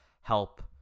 help